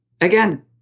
Again